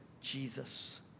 Jesus